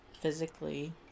physically